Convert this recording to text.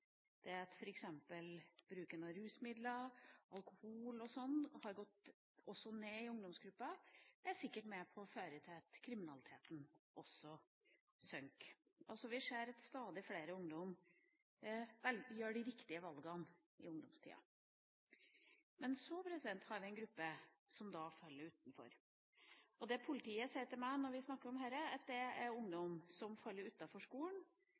Det at f.eks. bruken av rusmidler, alkohol og sånn også har gått ned i ungdomsgruppa, er sikkert med på å føre til at kriminaliteten synker. Vi ser at stadig flere ungdom gjør de riktige valgene i ungdomstida, men vi har en gruppe som faller utenfor. Det politiet sier til meg når vi snakker om dette, er at det er ungdom som faller utenfor skolen,